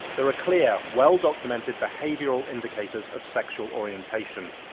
there are clear, well documented behavioural indicators of sexual orientation.